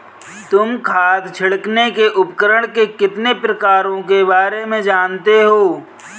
तुम खाद छिड़कने के उपकरण के कितने प्रकारों के बारे में जानते हो?